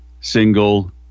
single